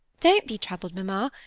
don't be troubled, mamma.